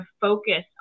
focus